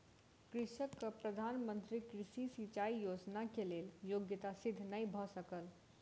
कृषकक प्रधान मंत्री कृषि सिचाई योजना के लेल योग्यता सिद्ध नै भ सकल